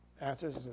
answers